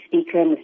speaker